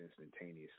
instantaneously